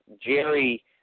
Jerry